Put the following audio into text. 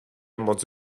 moc